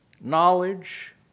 knowledge